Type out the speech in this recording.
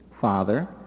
father